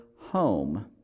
home